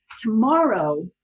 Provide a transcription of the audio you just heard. Tomorrow